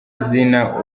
izina